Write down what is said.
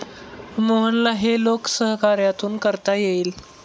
मोहनला हे लोकसहकार्यातून करता येईल